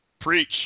Preach